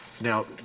Now